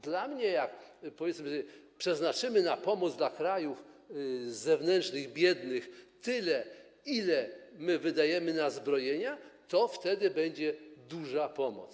Dla mnie jeśli, powiedzmy, przeznaczymy na pomoc dla krajów zewnętrznych, biednych tyle, ile wydajemy na zbrojenia, to jest to duża pomoc.